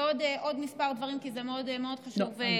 ועוד כמה דברים, כי זה מאוד חשוב לדיון.